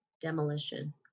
demolition